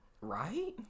Right